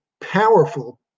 powerful